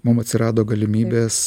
mum atsirado galimybės